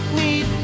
need